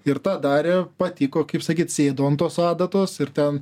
ir tą darė patiko kaip sakyt sėdo ant tos adatos ir ten